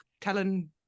telling